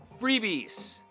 freebies